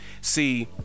See